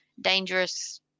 dangerous